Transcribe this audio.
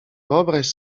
wyobraź